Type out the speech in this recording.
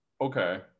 Okay